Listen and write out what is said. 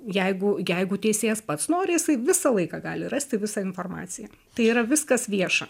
jeigu jeigu teisėjas pats nori jisai visą laiką gali rasti visą informaciją tai yra viskas vieša